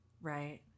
Right